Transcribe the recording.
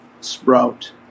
sprout